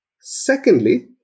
Secondly